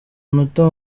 munota